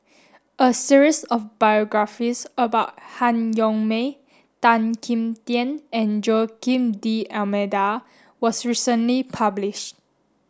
a series of biographies about Han Yong May Tan Kim Tian and Joaquim D'almeida was recently published